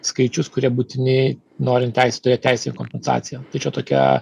skaičius kurie būtini norint teisę turėt teisę į kompensaciją tai čia tokia